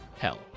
hell